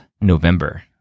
November